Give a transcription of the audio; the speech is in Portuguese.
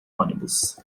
ônibus